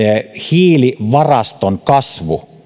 hiilivaraston kasvu hetkeksi hidastuukin